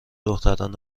دختران